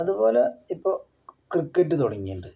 അതുപോലെ ഇപ്പോൾ ക്രിക്കറ്റ് തുടങ്ങിയിട്ടുണ്ട്